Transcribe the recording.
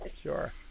Sure